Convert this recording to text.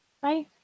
bye